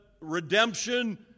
redemption